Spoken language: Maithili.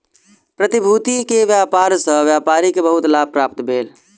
प्रतिभूति के व्यापार सॅ व्यापारी के बहुत लाभ प्राप्त भेल